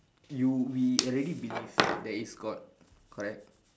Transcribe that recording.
you we already believe there is god correct